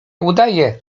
udaje